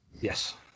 yes